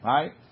Right